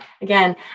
Again